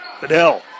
Fidel